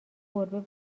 گربه